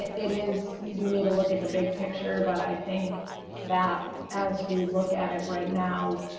it is, we do need to look at the big picture, but i think that as we look at it right now,